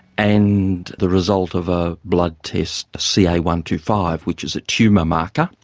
and the result of a blood test, the c a one two five which is a tumour marker.